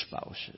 spouses